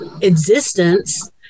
existence